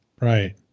Right